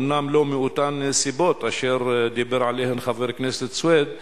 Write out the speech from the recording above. אומנם לא מאותן סיבות שדיבר עליהן חבר הכנסת סוייד,